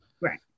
Right